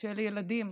של ילדים,